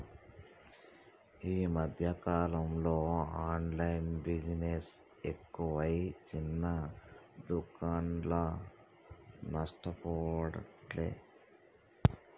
ఈ మధ్యన కాలంలో ఆన్లైన్ బిజినెస్ ఎక్కువై చిన్న దుకాండ్లు నష్టపోబట్టే